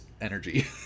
energy